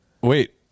Wait